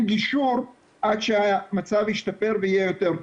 גישור עד שהמצב ישתפר ויהיה יותר טוב.